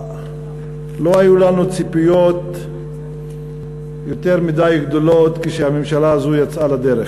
לא היו לנו ציפיות יותר מדי גדולות כשהממשלה הזאת יצאה לדרך: